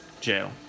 jail